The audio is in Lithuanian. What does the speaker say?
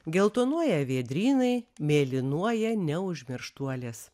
geltonuoja vėdrynai mėlynuoja neužmirštuolės